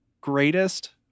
greatest